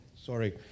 sorry